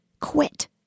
Quit